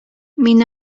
мин